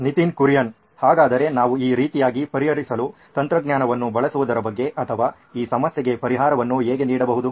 ನಿತಿನ್ ಕುರಿಯನ್ ಹಾಗಾದರೆ ನಾವು ಈ ರೀತಿಯಾಗಿ ಪರಿಹರಿಸಲು ತಂತ್ರಜ್ಞಾನವನ್ನು ಬಳಸುವುದರ ಬಗ್ಗೆ ಅಥವಾ ಈ ಸಮಸ್ಯೆಗೆ ಪರಿಹಾರವನ್ನು ಹೇಗೆ ನೀಡಬಹುದು